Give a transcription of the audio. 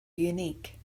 unique